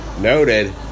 Noted